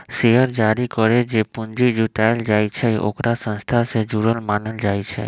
share जारी करके जे पूंजी जुटाएल जाई छई ओकरा संस्था से जुरल मानल जाई छई